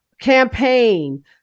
campaign